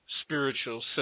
spiritual